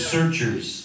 Searchers